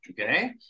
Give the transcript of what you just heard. okay